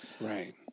right